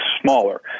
smaller